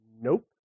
Nope